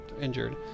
injured